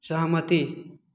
सहमति